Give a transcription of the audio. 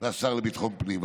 והשר לביטחון הפנים.